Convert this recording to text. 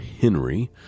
Henry